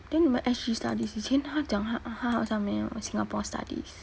then 你们 S_G studies 他讲他他好像没有 singapore studies